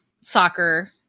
soccer